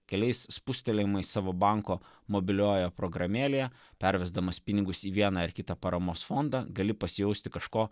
keliais spustelėjimais savo banko mobiliojoje programėlėje pervesdamas pinigus į vieną ar kitą paramos fondą gali pasijausti kažko